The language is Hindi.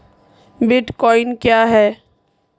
बिटकॉइन क्या है?